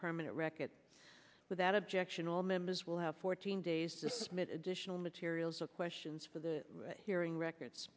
permanent record without objection all members will have fourteen days to smith additional materials or questions for the hearing records